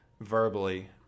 verbally